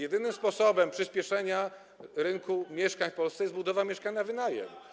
Jedynym sposobem przyspieszenia rozwoju rynku mieszkań w Polsce jest budowa mieszkań na wynajem.